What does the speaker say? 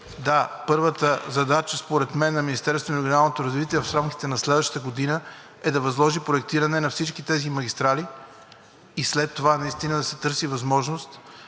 Да, първата задача според мен на Министерството на регионалното развитие и благоустройството в рамките на следващата година е да възложи проектиране на всички тези магистрали и след това да се търси възможност,